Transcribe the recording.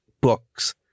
books